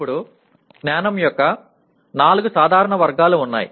ఇప్పుడు జ్ఞానం యొక్క నాలుగు సాధారణ వర్గాలు ఉన్నాయి